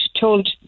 told